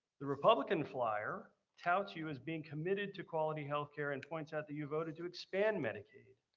the republican flyers touts you as being committed to quality healthcare and points out that you voted to expand medicaid.